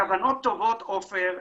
קיימות כוונות טובות עופר,